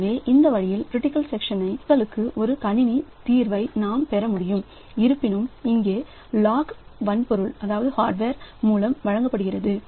எனவே இந்த வழியில் கிரிட்டிக்கல் சக்சன் சிக்கலுக்கு ஒரு கணினி தீர்வை நாம் பெற முடியும் இருப்பினும் இங்கே லாக் வன்பொருள் மூலம் வழங்கப்படுகிறது